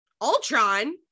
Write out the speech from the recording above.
Ultron